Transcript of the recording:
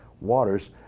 Waters